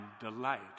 delight